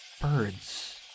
Birds